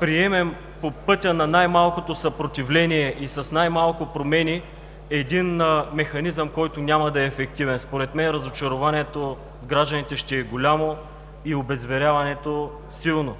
приемем по пътя на най-малкото съпротивление и с най-малко промени един механизъм, който няма да е ефективен. Според мен, разочарованието от гражданите ще е голямо и обезверяването силно.